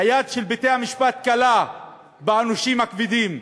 היד של בתי-המשפט קלה בעונשים הכבדים.